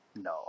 No